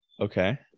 Okay